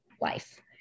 life